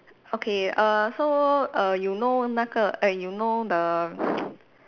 okay uh so err you know 那个 eh you know the